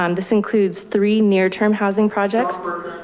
um this includes three near term housing projects.